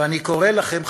ואני קורא לכם,